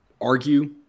argue